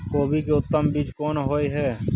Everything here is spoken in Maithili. कोबी के उत्तम बीज कोन होय है?